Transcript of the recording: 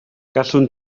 gallwn